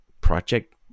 project